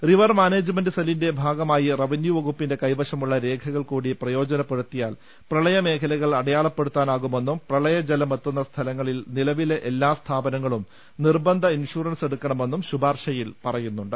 river management സെല്ലിന്റെ ഭാഗമായി revenue വകുപ്പിന്റെ കൈവശമുള്ള രേഖകൾ കൂടി പ്രയോജനപ്പെടുത്തിയാൽ പ്രളയ മേഖലകൾ അടയാളപ്പെടുത്താനാകുമെന്നും പ്രളയജലമെത്തുന്ന സ്ഥലങ്ങളിൽ നിലവിലെ എല്ലാ സ്ഥാപനങ്ങളും നിർബന്ധ ഇൻഷൂറൻസ് എടുക്കണമെന്നും ശുപാർശയിൽ പറയുന്നുണ്ട്